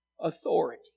authority